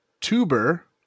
tuber